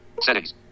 Settings